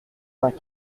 vingt